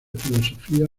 filosofía